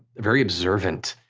very observant,